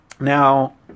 Now